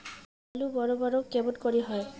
আলু বড় বড় কেমন করে হয়?